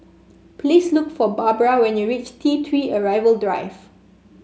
please look for Barbra when you reach T Three Arrival Drive